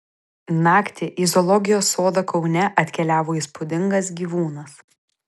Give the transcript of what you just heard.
naktį į zoologijos sodą kaune atkeliavo įspūdingas gyvūnas